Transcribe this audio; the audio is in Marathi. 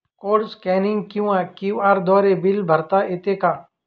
कोड स्कॅनिंग किंवा क्यू.आर द्वारे बिल भरता येते का?